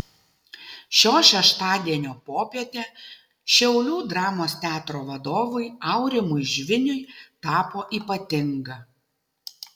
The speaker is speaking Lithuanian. šio šeštadienio popietė šiaulių dramos teatro vadovui aurimui žviniui tapo ypatinga